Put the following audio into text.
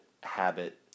habit